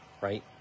right